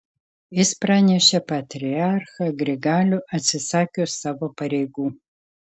jis pranešė patriarchą grigalių atsisakius savo pareigų